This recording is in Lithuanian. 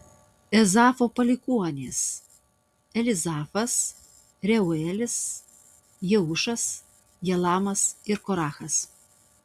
ezavo palikuonys elifazas reuelis jeušas jalamas ir korachas